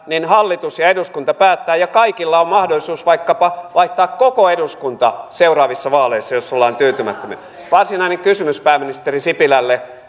niin hallitus ja eduskunta päättävät ja kaikilla on mahdollisuus vaikkapa vaihtaa koko eduskunta seuraavissa vaaleissa jos ollaan tyytymättömiä varsinainen kysymys pääministeri sipilälle